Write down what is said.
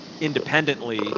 independently